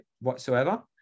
whatsoever